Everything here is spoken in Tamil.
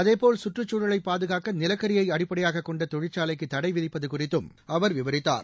அதேபோல் சுற்றுச்சூழலைபாதுகாக்கநிலக்கரியைஅடிப்படையாகக் கொண்டதொழிற்சாலைக்குதடைவிதிப்பதுகுறித்தும் அவர் விவரித்தார்